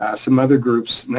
ah some other groups,